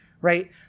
right